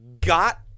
got